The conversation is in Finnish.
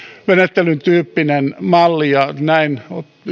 tyyppinen malli ja näin